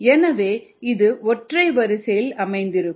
எனவே இது ஒற்றை வரிசையில் அமைந்திருக்கும்